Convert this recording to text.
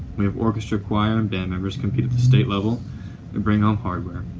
we have orchestra choir and band members compete at the state level and bring home hardware.